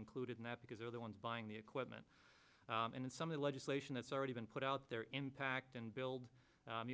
included in that because they're the ones buying the equipment and some of the legislation that's already been put out there impact and build